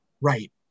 Right